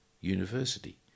university